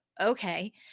okay